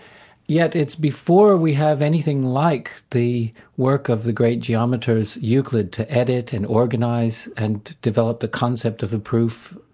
yet it's before we have anything like the work of the great geometers, euclid, to edit and organise and develop the concept of a proof.